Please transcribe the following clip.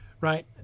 Right